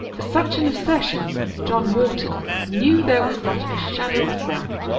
for such an assertion john morton knew there was not a shadow of ground.